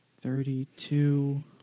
thirty-two